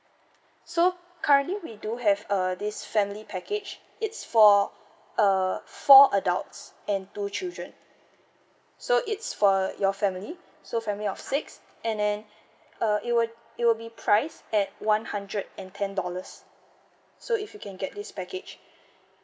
so currently we do have uh this family package it's for uh four adults and two children so it's for your family so family of six and then uh it will it will be priced at one hundred and ten dollars so if you can get this package